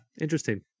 Interesting